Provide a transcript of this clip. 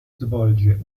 svolge